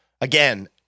again